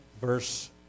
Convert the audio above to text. verse